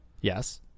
yes